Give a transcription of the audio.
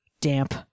damp